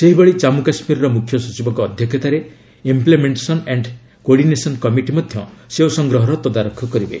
ସେହିଭଳି ଜାନ୍ଗୁ କାଶ୍ମୀର ମୁଖ୍ୟ ସଚିବଙ୍କ ଅଧ୍ୟକ୍ଷତାରେ ଇମ୍ପ୍ଲେମେଣ୍ଟେସନ୍ ଆଣ୍ଡ କୋଡିନେସନ୍ କମିଟି ମଧ୍ୟ ସେଓ ସଂଗ୍ରହର ତଦାରଖ କରିବେ